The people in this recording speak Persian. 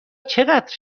چقدر